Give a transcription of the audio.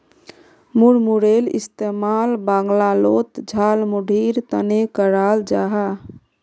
मुड़मुड़ेर इस्तेमाल बंगालोत झालमुढ़ीर तने कराल जाहा